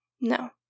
No